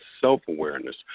self-awareness